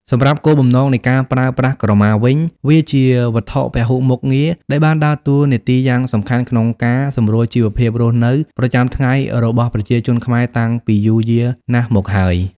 សម្រាប់់គោលបំណងនៃការប្រើប្រាស់ក្រមាវិញ វាជាវត្ថុពហុមុខងារដែលបានដើរតួនាទីយ៉ាងសំខាន់ក្នុងការសម្រួលជីវភាពរស់នៅប្រចាំថ្ងៃរបស់ប្រជាជនខ្មែរតាំងពីយូរយារណាស់មកហើយ។